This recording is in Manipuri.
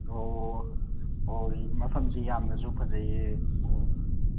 ꯑꯣ ꯑꯣ ꯃꯐꯝꯁꯤ ꯌꯥꯝꯅꯁꯨ ꯐꯖꯩꯌꯦ ꯃꯑꯣꯡ